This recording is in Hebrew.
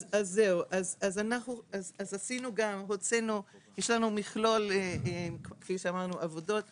אז כפי שאמרנו, יש לנו מכלול של עבודות שעשינו.